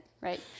right